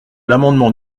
l’amendement